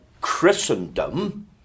Christendom